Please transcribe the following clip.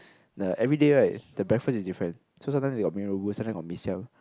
the everyday right the breakfast is different so sometimes they go mee rebus sometimes they got mee-siam